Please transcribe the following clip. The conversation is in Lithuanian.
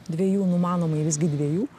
dviejų numanomai visgi dviejų